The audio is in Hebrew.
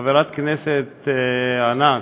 חברת הכנסת ענת,